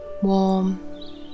warm